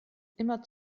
immer